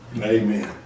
Amen